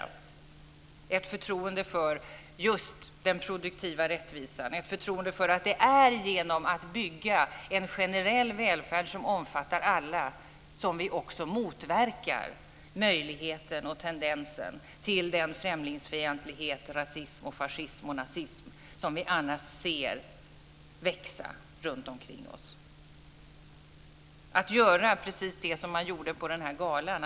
Det är ett förtroende för just den produktiva rättvisan, ett förtroende för att det är genom att bygga en generell välfärd som omfattar alla som vi också motverkar möjligheten och tendensen till den främlingsfientlighet, rasism, fascism och nazism som vi annars ser växa runtomkring oss, att göra precis det som man gjorde på galan i Globen.